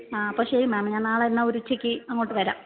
ആ അപ്പം ശരി മേം ഞാൻ നാളെ എന്നാൽ ഒരു ഉച്ചയ്ക്ക് അങ്ങോട്ട് വരാം